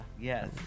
Yes